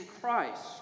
Christ